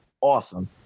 awesome